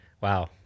Wow